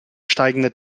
steigende